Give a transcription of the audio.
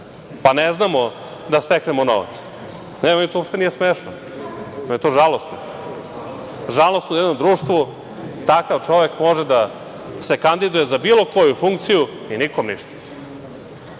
pa ne znamo da steknemo novac? Meni to uopšte nije smešno, meni je to žalosno. Žalosno je da u jednom društvu, takav čovek može da se kandiduje za bilo koju funkciju i nikom ništa.